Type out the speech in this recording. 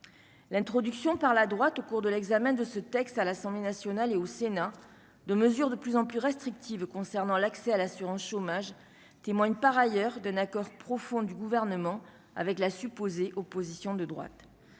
l'introduction par la droite au cours de l'examen de ce texte à l'Assemblée nationale et au Sénat, de mesures de plus en plus restrictives concernant l'accès à l'assurance chômage témoigne par ailleurs d'un accord profond du gouvernement avec la supposée opposition de droite,